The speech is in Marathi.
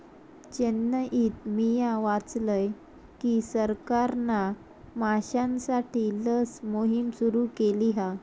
चेन्नईत मिया वाचलय की सरकारना माश्यांसाठी लस मोहिम सुरू केली हा